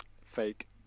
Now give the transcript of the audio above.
fake